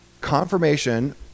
confirmation